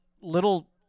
little